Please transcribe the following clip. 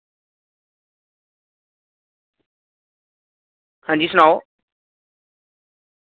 अंजी सनाओ